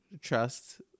trust